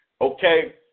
Okay